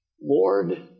Lord